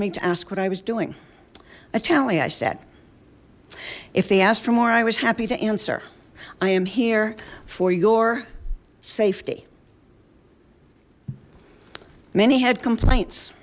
ask what i was doing at alley i said if they ask for more i was happy to answer i am here for your safety many had complaints